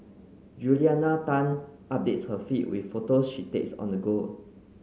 Juliana Tan updates her feed with photos she takes on the go